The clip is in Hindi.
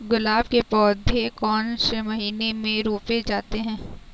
गुलाब के पौधे कौन से महीने में रोपे जाते हैं?